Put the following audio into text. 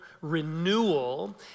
renewal